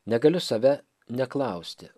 negaliu save neklausti